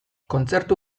kontzertu